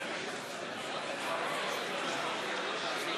הסכמים שלא הונחו על שולחן